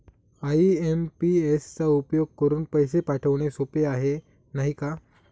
IMPS चा उपयोग करुन पैसे पाठवणे सोपे आहे, नाही का